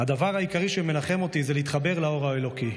הדבר העיקרי שמנחם אותי זה להתחבר לאור האלוקי.